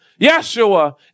Yeshua